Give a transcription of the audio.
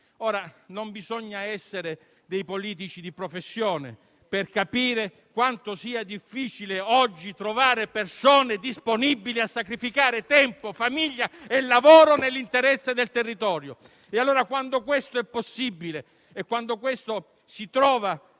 Non bisogna essere dei politici di professione per capire quanto sia difficile oggi trovare persone disponibili a sacrificare tempo, famiglia e lavoro nell'interesse del territorio. Pertanto, quando questo è possibile e quando questa persona